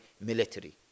military